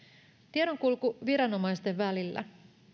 tiedonkulku viranomaisten välillä